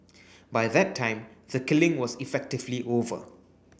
by that time the killing was effectively over